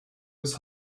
his